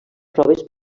proves